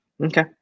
Okay